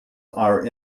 are